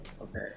okay